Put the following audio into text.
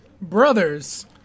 Brothers